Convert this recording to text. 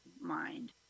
mind